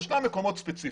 יש מקומות ספציפיים,